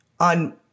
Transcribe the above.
on